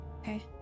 Okay